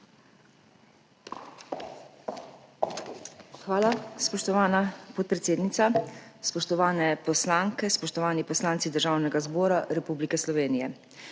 Hvala, spoštovana podpredsednica. Spoštovane poslanke, spoštovani poslanci Državnega zbora Republike Slovenije!